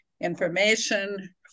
information